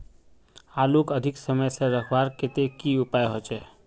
आलूक अधिक समय से रखवार केते की उपाय होचे?